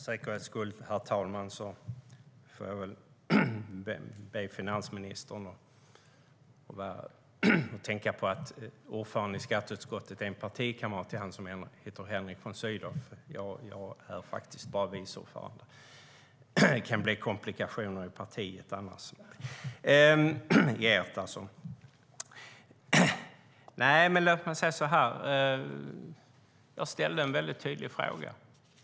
Herr talman! För säkerhets skull får jag be finansministern att tänka på att ordförande i skatteutskottet är en partikamrat till honom som heter Henrik von Sydow. Jag är faktiskt bara vice ordförande. Annars kan det bli komplikationer i ert parti. Jag ställde en mycket tydlig fråga.